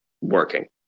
working